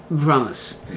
Promise